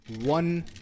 one